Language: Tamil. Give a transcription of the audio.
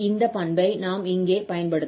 இந்த பண்பை நாம் இங்கே பயன்படுத்தலாம்